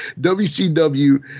WCW